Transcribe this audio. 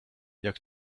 jak